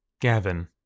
Gavin